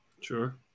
Sure